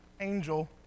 angel